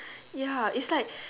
ya it's like